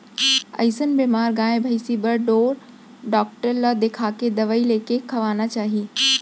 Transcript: अइसन बेमार गाय भइंसी बर ढोर डॉक्टर ल देखाके दवई लेके खवाना चाही